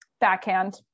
Backhand